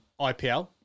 IPL